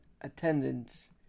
attendance